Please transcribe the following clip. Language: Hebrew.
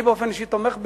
אני באופן אישי תומך בזה,